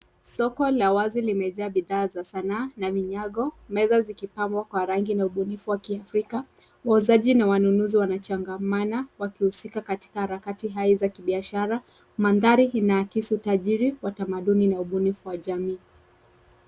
Soko la wazi limejaa bidhaa za sanaa na vinyago, meza vikipambwa kwa rangi na ubunifu wa kiafrika. wauzaji na wanunuzi wanachangamana wakihusika katika harakati hai za kibiashara. Mandhari inaakisu tajari wa tamaduni na ubunifu wa jamii